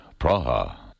Praha